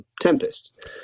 tempest